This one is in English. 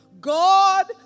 God